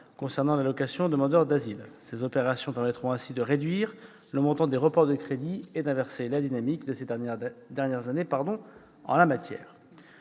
titre des allocations versées aux demandeurs d'asile. Ces opérations permettront de réduire le montant des reports des crédits et d'inverser la dynamique de ces dernières années en la matière.